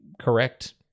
correct